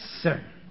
sir